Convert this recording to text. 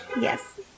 Yes